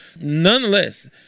Nonetheless